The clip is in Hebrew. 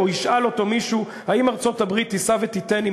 או ישאל אותו מישהו: האם ארצות-הברית תישא ותיתן עם